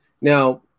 Now